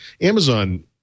Amazon